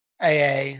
AA